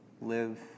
live